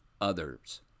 others